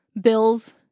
bills